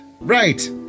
Right